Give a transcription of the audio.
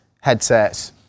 headsets